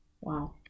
Wow